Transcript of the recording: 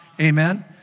Amen